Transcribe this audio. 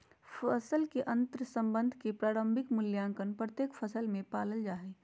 फसल के अंतर्संबंध के प्रारंभिक मूल्यांकन प्रत्येक फसल में पाल जा हइ